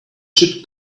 should